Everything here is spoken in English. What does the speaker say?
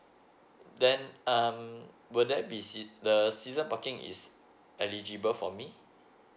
then um would that be sit~ the season parking is eligible for me